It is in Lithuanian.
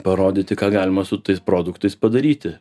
parodyti ką galima su tais produktais padaryti